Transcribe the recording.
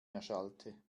erschallte